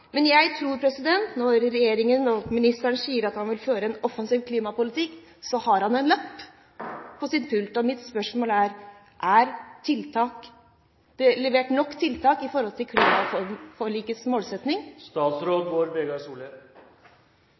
Men jeg tror at når regjeringen og ministeren sier at man vil føre en offensiv klimapolitikk, har miljøvernministeren en lapp på sin pult, og mitt spørsmål er: Er det levert nok tiltak i forhold til klimaforlikets målsetting?